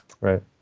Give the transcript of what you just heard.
Right